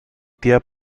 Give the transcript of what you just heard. tía